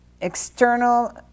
External